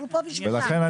לכן,